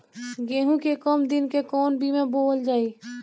गेहूं के कम दिन के कवन बीआ बोअल जाई?